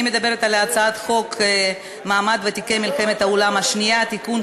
אני מדברת על הצעת חוק מעמד ותיקי מלחמת העולם השנייה (תיקון,